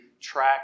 track